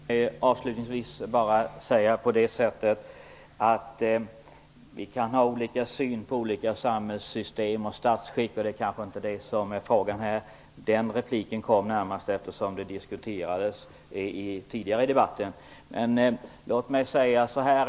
Herr talman! Låt mig avslutningsvis bara säga att vi visst kan ha olika syn på olika samhällssystem och statsskick -- det är kanske inte den aktuella frågan nu. Men min replik föranleddes av det som diskuterades tidigare i debatten.